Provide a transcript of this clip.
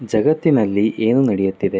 ಜಗತ್ತಿನಲ್ಲಿ ಏನು ನಡೆಯುತ್ತಿದೆ